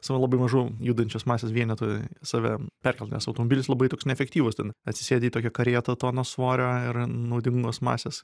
save labai mažu judančios masės vienetui save perkelt nes automobilis labai toks neefektyvus ten atsisėdi į tokią karietą tonos svorio ir naudingos masės